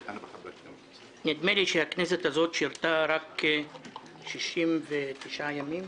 נדמה לי שהכנסת הזו שירתה רק 69 ימים